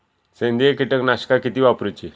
सेंद्रिय कीटकनाशका किती वापरूची?